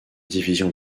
division